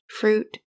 fruit